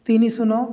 ତିନି ଶୂନ